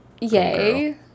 yay